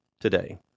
today